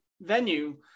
venue